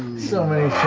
so many